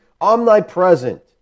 omnipresent